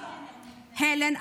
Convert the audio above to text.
הלן,